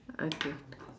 okay